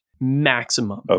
maximum